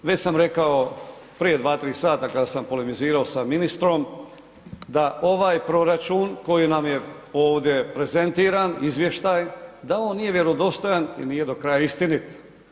Već sam rekao prije 2, 3 sata kada sam polemizirao sa ministrom da ovaj proračun koji nam je ovdje prezentiran, izvještaj da on nije vjerodostojan i nije do kraja istinit.